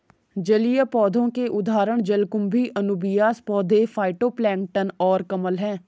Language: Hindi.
जलीय पौधों के उदाहरण जलकुंभी, अनुबियास पौधे, फाइटोप्लैंक्टन और कमल हैं